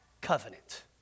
covenant